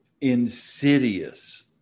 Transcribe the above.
insidious